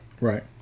Right